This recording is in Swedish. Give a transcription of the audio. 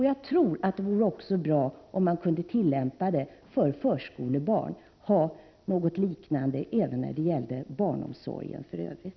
Jag tror att det vore bra om man kunde tillämpa denna tidsgräns även för förskolebarn och införa liknande bestämmelser när det gäller barnomsorgen i övrigt.